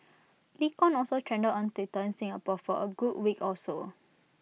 Nikon also trended on Twitter in Singapore for A good week or so